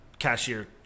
cashier